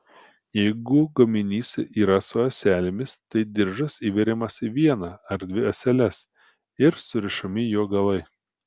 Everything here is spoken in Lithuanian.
jeigu gaminys yra su ąselėmis tai diržas įveriamas į vieną ar dvi ąseles ir surišami jo galai